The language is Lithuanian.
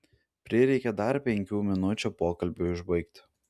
prireikė dar penkių minučių pokalbiui užbaigti